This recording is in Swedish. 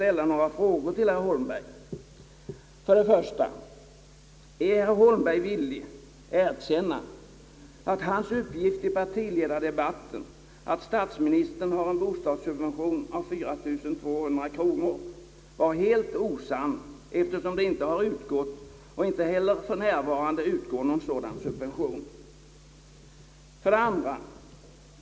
Är herr Holmberg villig att erkänna att hans uppgift i partiledardebatten att statsministern har en bostadssubvention av 4 200 kronor var helt osann, eftersom det icke har utgått och inte heller för närvarande utgår någon sådan subvention? 2.